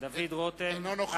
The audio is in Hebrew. אינו נוכח.